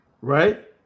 right